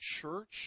church